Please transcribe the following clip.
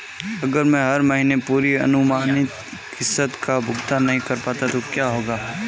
अगर मैं हर महीने पूरी अनुमानित किश्त का भुगतान नहीं कर पाता तो क्या होगा?